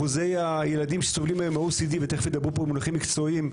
אחוזי הילדים שסובלים מ-OCD ותכף ידברו פה במונחים מקצועיים,